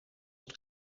het